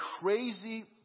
crazy